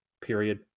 Period